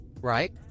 right